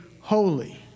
holy